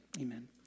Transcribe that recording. Amen